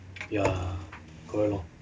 ya correct lor